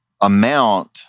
amount